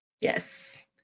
Yes